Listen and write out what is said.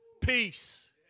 Peace